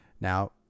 Now